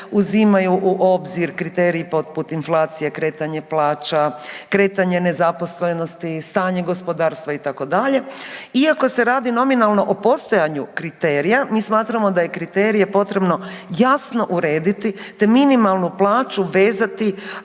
uzimaju u obzir kriteriji poput inflacije, kretanje plaća, kretanje nezaposlenosti, stanje gospodarstva, itd., iako se radi nominalno o postojanju kriterija, mi smatramo da je kriterije potrebno jasno urediti te minimalnu plaću vezati